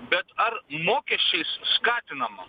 bet ar mokesčiais skatinama